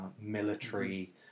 military